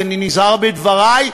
כי אני נזהר בדברי,